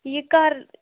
یہِ کَر